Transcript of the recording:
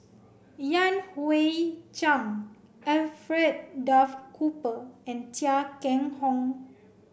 Yan Hui Chang Alfred Duff Cooper and Chia Keng Hock